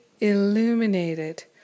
illuminated